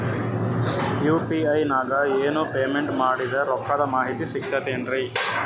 UPI ನಾಗ ನಾನು payment ಮಾಡಿದ ರೊಕ್ಕದ ಮಾಹಿತಿ ಸಿಕ್ತಾತೇನ್ರೀ?